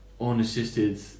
unassisted